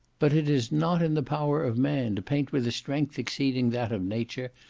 but it is not in the power of man to paint with a strength exceeding that of nature,